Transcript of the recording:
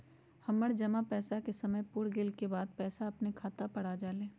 हमर जमा पैसा के समय पुर गेल के बाद पैसा अपने खाता पर आ जाले?